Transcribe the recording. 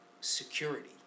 security